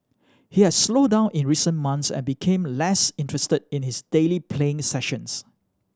he had slowed down in recent months and became less interested in his daily playing sessions